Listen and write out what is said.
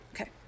Okay